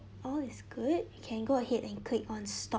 all is good we can go ahead and click on stop